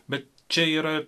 bet čia yra